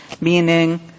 meaning